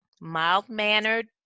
mild-mannered